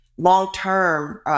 long-term